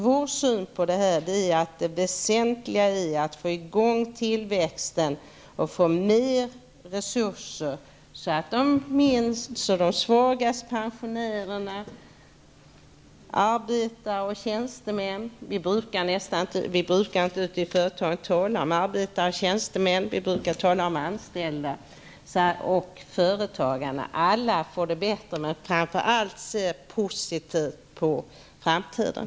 Vår uppfattning är att det väsentliga är att vi får i gång en tillväxt och att det blir ökade resurser. Det handlar ju om att de svagaste pensionärerna, arbetarna, tjänstemännen -- här måste jag tillägga att det ute på företagen vanligtvis inte talas om arbetare resp. tjänstemän utan om anställda -- och företagarna får det bättre. Alla skall ha det bättre. Men framför allt gäller det att se positivt på framtiden.